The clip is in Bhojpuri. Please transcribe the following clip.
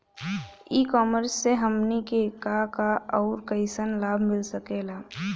ई कॉमर्स से हमनी के का का अउर कइसन लाभ मिल सकेला?